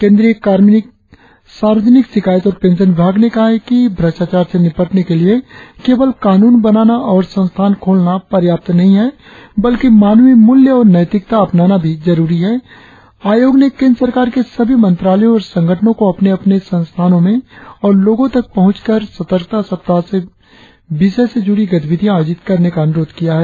केंद्रीय कार्मिक सार्वजनिक शिकायत और पेंशन विभाग ने कहा है कि भ्रष्टाचार से निपटने के लिए केवल कानून बनाना और संस्थान खोलना पर्याप्त नहीं है बल्कि मानवीय मूल्य और नैतिकता अपनाना भी जरुरी है आयोग ने केंद्र सरकार के सभी मंत्रालयों और संगठनों को अपने अपने संस्थानों में और लोगों तक पहुंच कर सतर्कता सप्ताह के विषय से जुड़ी गतिविधियां आयोजित करने का अनुरोध किया है